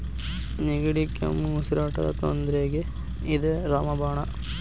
ನೆಗಡಿ, ಕೆಮ್ಮು, ಉಸಿರಾಟದ ತೊಂದ್ರಿಗೆ ಇದ ರಾಮ ಬಾಣ